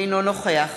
אינו נוכח